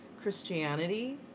Christianity